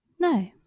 No